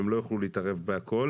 הם לא יוכלו להתערב בכל.